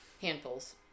handfuls